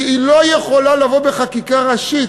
כי היא לא יכולה לבוא בחקיקה ראשית.